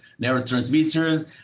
neurotransmitters